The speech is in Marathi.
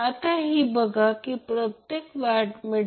तर एकदा हे करा आता In Ia Ib Ic